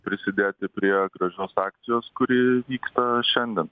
prisidėti prie gražios akcijos kuri vyksta šiandien